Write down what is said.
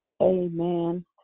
amen